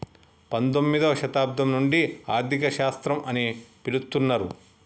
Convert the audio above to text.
పంతొమ్మిదవ శతాబ్దం నుండి ఆర్థిక శాస్త్రం అని పిలుత్తున్నరు